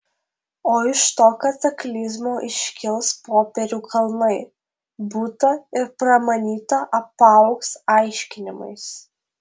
o iš to kataklizmo iškils popierių kalnai būta ir pramanyta apaugs aiškinimais